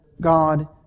God